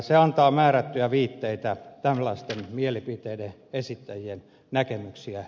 se antaa määrättyjä viitteitä tällaisten mielipiteiden esittäjien näkemyksiä